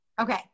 okay